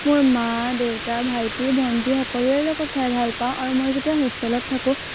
মোৰ মা দেউতা ভাইটি ভণ্টি সকলোৰে লগত খাই ভাল পাওঁ আৰু মই যেতিয়া হোষ্টেলত থাকোঁ